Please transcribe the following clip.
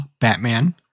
Batman